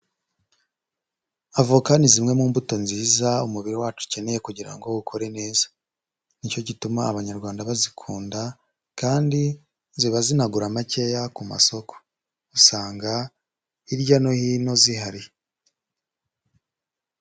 Avoka ni zimwe mu mbuto nziza umubiri wacu ukeneye kugira ngo ukore neza, ni cyo gituma Abanyarwanda bazikunda kandi ziba zinagura makeya ku masoko, usanga hirya no hino zihari.